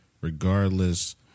Regardless